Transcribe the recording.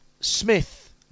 Smith